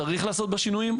צריך לעשות בה שינויים.